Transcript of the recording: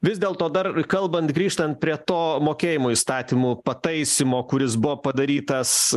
vis dėlto dar kalbant grįžtant prie to mokėjimo įstatymų pataisymo kuris buvo padarytas